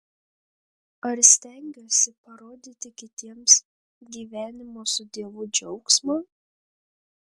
ar stengiuosi parodyti kitiems gyvenimo su dievu džiaugsmą